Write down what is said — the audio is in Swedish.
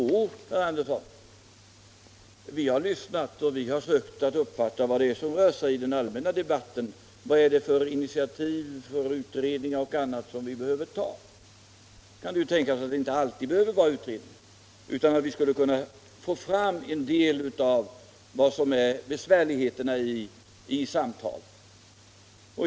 Jo, herr Andersson, vi har lyssnat och vi har sökt uppfatta vad som rör sig i den allmänna debatten för att se vilka initiativ vi behöver ta och vilka utredningar som behöver göras. Det kan tänkas att det inte alltid fordras utredningar utan att vi skulle kunna genom samtal få fram vad det är som är besvärligt.